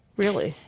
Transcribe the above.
really